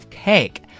cake